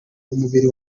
umubiri